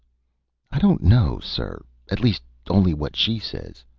i don't know, sir at least only what she says.